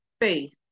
faith